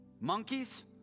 monkeys